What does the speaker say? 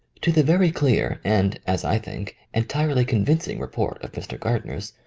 to the very clear and, as i think, entirely convincing report of mr. gardner's,